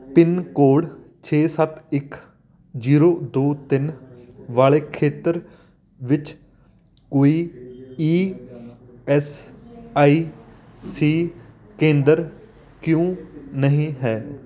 pin code ਛੇ ਸੱਤ ਇਕ ਜ਼ੀਰੋ ਦੋ ਤਿੰਨ ਵਾਲੇ ਖੇਤਰ ਵਿੱਚ ਕੋਈ ਈ ਐੱਸ ਆਈ ਸੀ ਕੇਂਦਰ ਕਿਉਂ ਨਹੀਂ ਹੈ